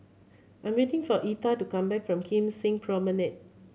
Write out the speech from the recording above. I'm waiting for Etha to come back from Kim Seng Promenade